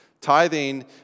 Tithing